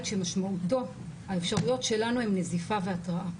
שמשמעותו האפשרויות שלנו הם נזיפה והתראה,